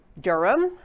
Durham